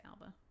Alba